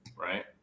right